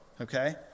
okay